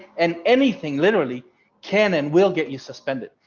and anything literally can and will get you suspended.